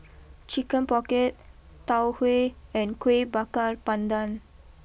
Chicken pocket Tau Huay and Kueh Bakar Pandan